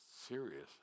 serious